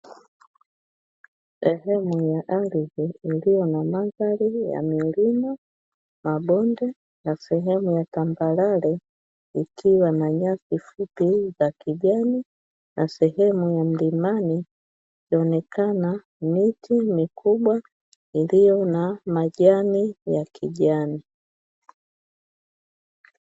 Sehemu ya ardhi iliyo na mandhari ya milima, mabonde na sehemu ya tambarare; ikiwa na nyasi fupi za kijani na sehemu ya mlimani inayoonekana miti mikubwa iliyo na majani ya kijani.